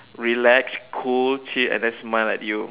relax cool chill and then smile at you